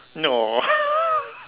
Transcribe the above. !aww!